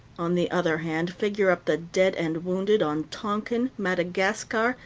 on the other hand, figure up the dead and wounded on tonquin, madagascar,